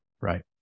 right